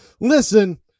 Listen